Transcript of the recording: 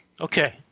Okay